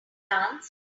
dance